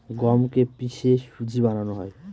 গমকে কে পিষে সুজি বানানো হয়